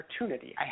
opportunity